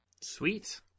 Sweet